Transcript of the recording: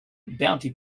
bounty